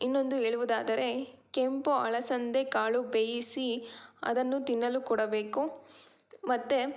ಇನ್ನೊಂದು ಹೇಳುವುದಾದರೆ ಕೆಂಪು ಅಲಸಂದೆಕಾಳು ಬೇಯಿಸಿ ಅದನ್ನು ತಿನ್ನಲು ಕೊಡಬೇಕು ಮತ್ತೆ